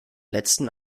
letzten